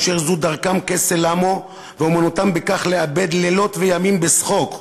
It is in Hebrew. אשר זה דרכם כסל למו ואומנותם בכך לאבד לילות וימים בשחוק,